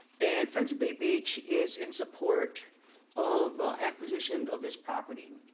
and friends of bay beach is in support of acquisition of this property.